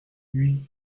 oui